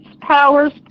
powers